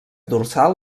dorsal